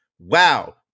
Wow